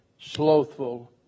slothful